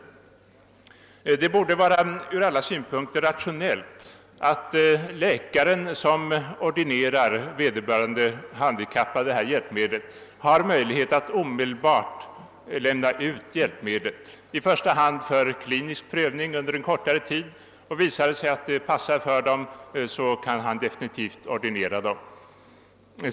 Det borde från alla synpunkter vara rationellt att den läkare, som ordinerar vederbörande handikappad detta hjälpmedel, har möjlighet att omedelbart lämna ut hjälpmedlet, i första hand för klinisk prövning under en kortare tid. Visar det sig att hjälpmedlet passar för den handikappade, kan läkaren definitivt ordinera det.